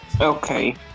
Okay